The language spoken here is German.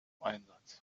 einsatz